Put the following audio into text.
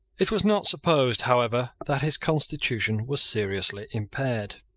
it was not supposed however that his constitution was seriously impaired.